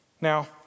Now